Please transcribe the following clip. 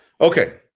Okay